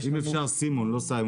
יש לנו --- אם אשר, סימון, לא סיימון.